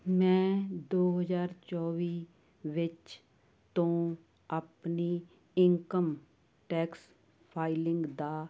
ਮੈਂ ਦੋ ਹਜ਼ਾਰ ਚੋਵੀ ਵਿੱਚ ਤੋਂ ਆਪਣੀ ਇਨਕਮ ਟੈਕਸ ਫਾਈਲਿੰਗ ਦਾ